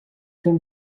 them